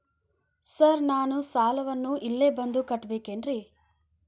Sir ನಾನು ಸಾಲವನ್ನು ಇಲ್ಲೇ ಬಂದು ಕಟ್ಟಬೇಕೇನ್ರಿ?